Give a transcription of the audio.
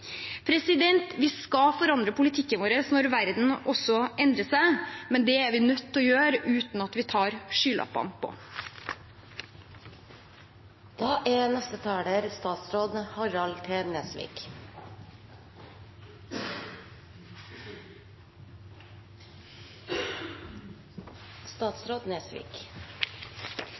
Vi skal forandre politikken vår når verden endrer seg, men det er vi nødt til å gjøre uten å ta på oss skylappene.